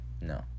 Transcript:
No